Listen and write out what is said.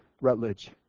Rutledge